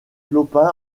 clopin